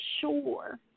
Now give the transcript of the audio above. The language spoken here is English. sure